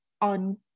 on